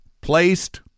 placed